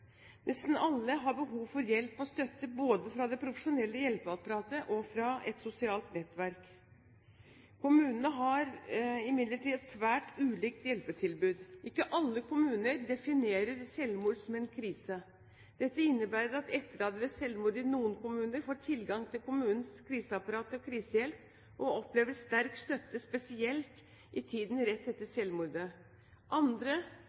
Nesten alle har behov for hjelp og støtte både fra det profesjonelle hjelpeapparatet og fra et sosialt nettverk. Kommunene har imidlertid et svært ulikt hjelpetilbud. Ikke alle kommuner definerer selvmord som en krise. Dette innebærer at etterlatte ved selvmord i noen kommuner får tilgang til kommunens kriseapparat og krisehjelp og opplever sterk støtte, spesielt i tiden rett etter selvmordet. Andre